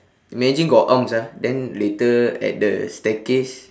imagine got arms ah then later at the staircase